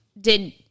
did-